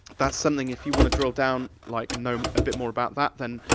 that's something, if you wanna drill down, like, and know a bit more about that, then,